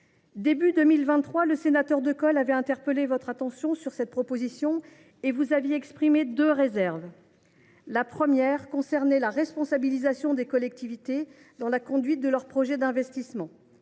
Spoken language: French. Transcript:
2023, le sénateur Decool avait appelé votre attention sur cette proposition de loi ; vous aviez exprimé deux réserves. La première réserve concernait la responsabilisation des collectivités dans la conduite de leurs projets d’investissement.